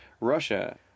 Russia